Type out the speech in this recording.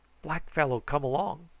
black fellow come along.